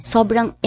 Sobrang